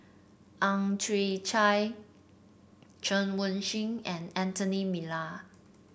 Ang Chwee Chai Chen Wen Hsi and Anthony Miller